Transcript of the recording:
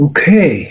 Okay